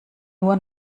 nur